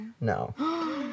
No